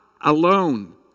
alone